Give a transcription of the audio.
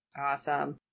Awesome